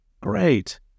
great